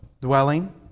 dwelling